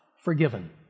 forgiven